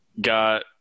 got